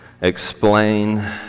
explain